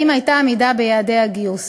והאם הייתה עמידה ביעדי הגיוס.